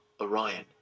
Orion